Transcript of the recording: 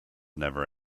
never